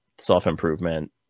self-improvement